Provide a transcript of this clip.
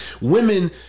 women